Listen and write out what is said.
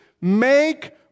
Make